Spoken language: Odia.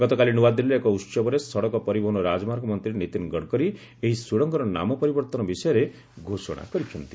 ଗତକାଲି ନ୍ନଆଦିଲ୍ଲୀରେ ଏକ ଉହବରେ ସଡ଼କ ପରିବହନ ଓ ରାଜମାର୍ଗ ମନ୍ତ୍ରୀ ନୀତିନ୍ ଗଡ଼କରି ଏହି ସୁଡ଼ଙ୍ଗର ନାମ ପରିବର୍ତ୍ତନ ବିଷୟରେ ଘୋଷଣା କରିଛନ୍ତି